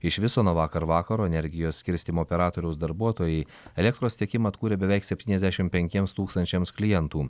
iš viso nuo vakar vakaro energijos skirstymo operatoriaus darbuotojai elektros tiekimą atkūrė beveik septyniasdešimt penkiems tūkstančiams klientų